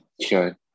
sure